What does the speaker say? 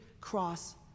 cross